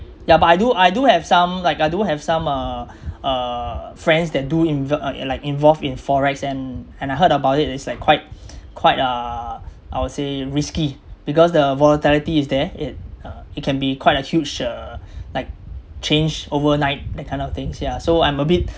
yeah but I do I do have some like I do have some uh uh friends that do inv~ like involved in FOREX and and I heard about it it's like quite quite uh I would say risky because the volatility is there it uh it can be quite a huge uh like change overnight that kind of things yeah so I'm a bit